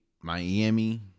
Miami